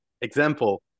example